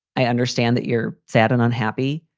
i understand that you're sad and unhappy.